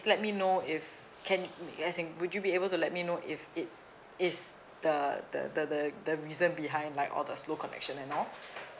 let me know if can as in would you be able to let me know if it is the the the the the reason behind like all the slow connection and all